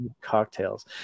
Cocktails